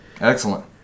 excellent